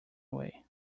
away